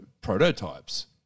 prototypes